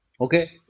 Okay